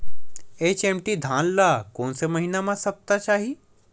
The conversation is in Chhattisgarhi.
एच.एम.टी धान ल कोन से महिना म सप्ता चाही?